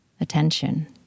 attention